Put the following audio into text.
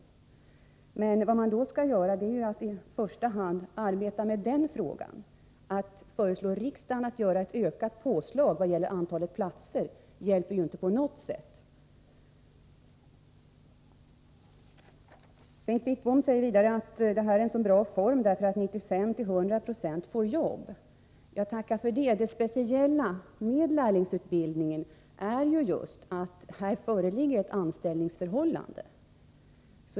Men vad man då skall göra är i första hand att arbeta med denna fråga — att fylla glappet. Att föreslå riksdagen att göra ett påslag beträffande antalet platser hjälper inte på något sätt. Bengt Wittbom säger vidare att detta är en så bra utbildningsform, eftersom 95-100 26 av ungdomarna får fast anställning. Tacka för det! Det speciella med lärlingsutbildningen är ju just att det här föreligger ett anställningsförhållande.